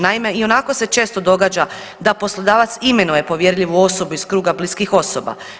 Naime, ionako se često događa da poslodavac imenuje povjerljivu osobu iz kruga bliskih osoba.